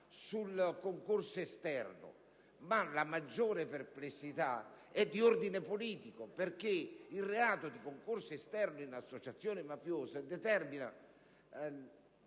perplessità è però di ordine politico, perché il reato di concorso esterno in associazione mafiosa determina